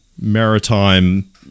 maritime